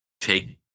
take